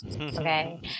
okay